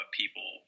people